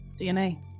DNA